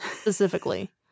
specifically